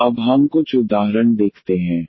eax इसलिए अब हम कुछ उदाहरण देखते हैं